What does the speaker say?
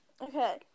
Okay